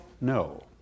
No